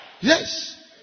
Yes